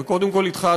וקודם כול אתך,